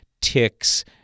ticks